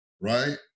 right